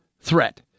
threat